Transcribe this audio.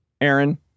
Aaron